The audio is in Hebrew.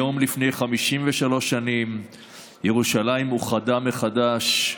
היום לפני 53 שנים ירושלים אוחדה מחדש,